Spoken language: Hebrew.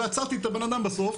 ועצרתי את הבן אדם בסוף.